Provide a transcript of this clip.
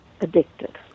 addicted